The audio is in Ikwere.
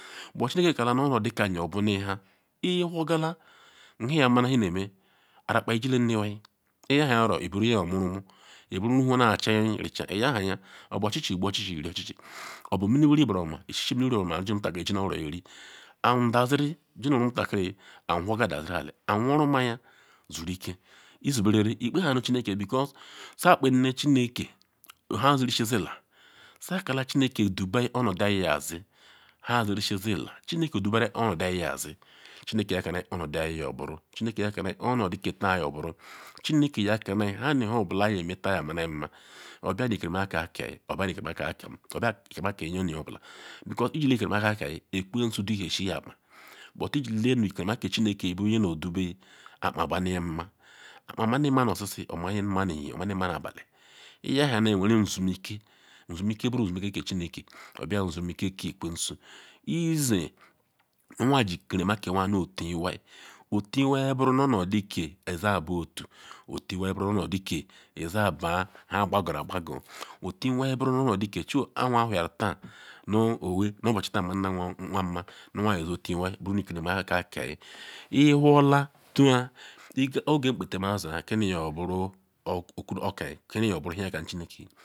Buta chineke kalam nu obuai kam yobuninha iwhorgala nhe iya magala nhe neme rakpa jile nu ohihe iyahaya oro iburu nye yomurumu iburu hunaduyi richa iyahaya obuochi igbu ochi nochichi obu nimi wuri nburuoma ishishi miniwuri buruoma omutakiri jinuoro ri, adaziri jinu rumutakiriyi whorga dazirieli anwuru mayia suruke. Isu berere ikpe ha nu chine chineke because za akpe nu ne chineke nha zizisi zila su akacha chineke dube kpo onodiyinyazi nha zirisi zila chineke yodubera kpo onodeyi nyoburu chineke yakani kpo onodi ke taan nyo buru chineke yakana nha nunha obula aya metaa yoburu nyamani nma obia ma ikerima aka keyi obia ikerima akakem obia ma ikerima aka ne nye nu nye obula because ijile ikerima akakeyi ekwesi duhesi akpa but jile nu ike rima aka ke chineke bu nye nu odube akpa mani nma akpa mani nma nu oshishi akpa mani nma nu ehehen akpa mani nma nu abali, nyanaya iwen nsumeike, nsumeike buru nzume ike ke chineke obia nzumeike ke ekwesu. Izin anwa ji iken ma ke anwa ntun iwai, otun iwai buru ke eza buotu otun buru nnodi ke iza ebaa nhe agbagoru agbago otun iwai buru nu onodi ke choi kpa anwa whohiaru taa nu owee nu obuchi taa mana anwa nma nu ikerima ke nkpetamazia qini yoburu oku oka qini yoburu nha iyakanu chineke.